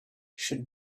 should